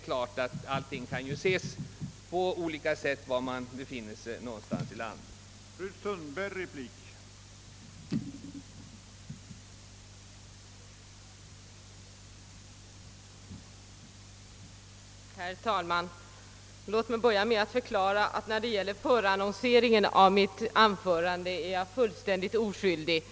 Men allting kan ju ses på olika sätt beroende på var i landet man befinner sig.